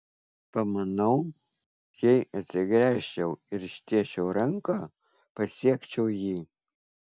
pamanau jei atsigręžčiau ir ištiesčiau ranką pasiekčiau jį